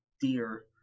dear